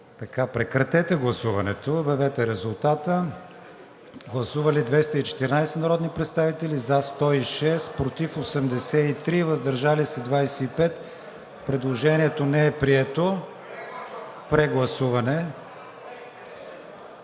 режим на гласуване. Гласували 214 народни представители: за 106, против 83, въздържали се 25. Предложението не е прието. Прегласуване.